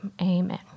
amen